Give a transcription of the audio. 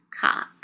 cock